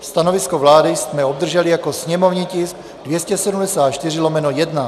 Stanovisko vlády jsme obdrželi jako sněmovní tisk 274/1.